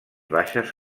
baixes